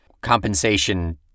compensation